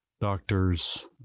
doctors